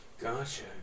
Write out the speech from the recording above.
Gotcha